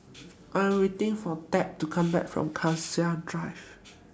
I Am waiting For Tab to Come Back from Cassia Drive